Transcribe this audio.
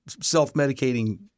self-medicating